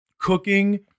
cooking